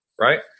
right